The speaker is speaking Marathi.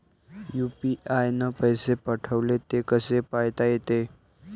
यू.पी.आय न पैसे पाठवले, ते कसे पायता येते?